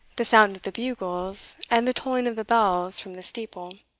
the sound of the bugles, and the tolling of the bells from the steeple.